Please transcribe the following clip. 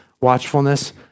watchfulness